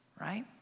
right